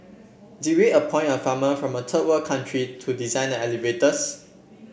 did we appoint a farmer from a third world country to design the elevators